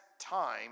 time